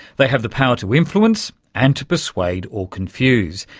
they have the power to influence and to persuade or confuse.